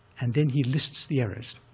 and then he lists the errors,